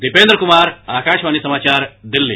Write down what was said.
दीपेन्द्र कमार आकाशवाणी समाचार दिल्ली